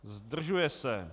Zdržuje se.